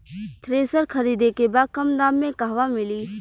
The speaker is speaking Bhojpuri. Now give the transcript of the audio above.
थ्रेसर खरीदे के बा कम दाम में कहवा मिली?